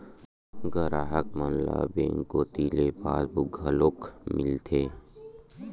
गराहक मन ल बेंक कोती ले पासबुक घलोक मिलथे